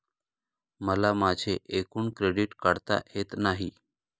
मला माझे एकूण क्रेडिट काढता येत नाही